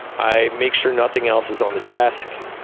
i make sure nothing else is on the desk.